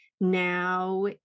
now